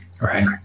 Right